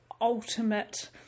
ultimate